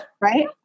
Right